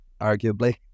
arguably